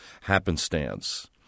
happenstance